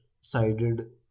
sided